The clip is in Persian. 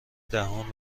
دهان